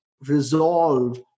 resolve